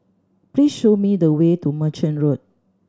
please show me the way to Merchant Road